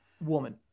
woman